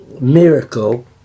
miracle